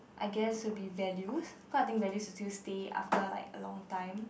I guess will be value because I think value will still stay after like a long time